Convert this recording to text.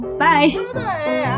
bye